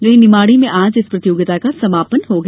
वहीं निवाड़ी में आज इस प्रतियोगिता का समापन हो गया